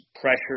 pressure